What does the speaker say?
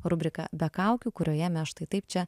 rubrika be kaukių kurioje mes štai taip čia